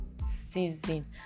season